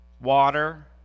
water